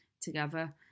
together